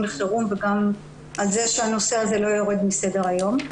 חירום וגם על זה שהנושא לא יורד מסדר היום.